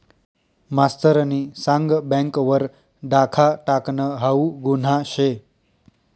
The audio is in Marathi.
मास्तरनी सांग बँक वर डाखा टाकनं हाऊ गुन्हा शे